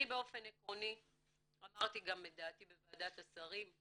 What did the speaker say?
אני באופן עקרוני אמרתי גם את דעתי בוועדת השרים,